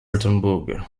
altenbourg